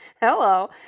Hello